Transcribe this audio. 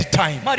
time